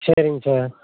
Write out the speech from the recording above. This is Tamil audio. சரிங்க சார்